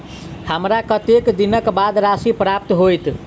हमरा कत्तेक दिनक बाद राशि प्राप्त होइत?